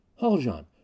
Haljan